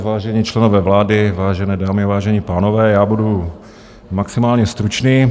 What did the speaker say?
Vážení členové vlády, vážené dámy, vážení pánové, budu maximálně stručný.